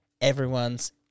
Everyone's